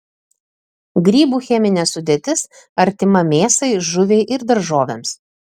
grybų cheminė sudėtis artima mėsai žuviai ir daržovėms